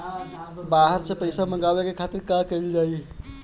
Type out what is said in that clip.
बाहर से पइसा मंगावे के खातिर का कइल जाइ?